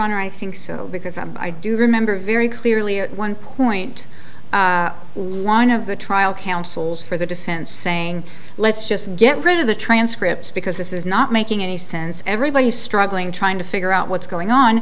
honor i think so because i do remember very clearly at one point one of the trial counsels for the defense saying let's just get rid of the transcripts because this is not making any sense everybody is struggling trying to figure out what's going on